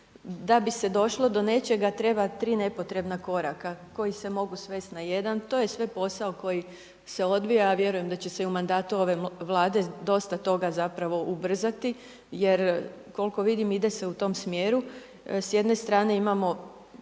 da bi se došlo do nečega treba 3 nepotrebna koraka koji se mogu svesti na jedan. To je sve posao koji se odvija, ja vjerujem da će se i u mandatu ove Vlade dosta toga zapravo ubrzati jer koliko vidim, ide se u tom smjeru. S jedne strane imamo